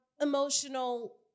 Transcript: emotional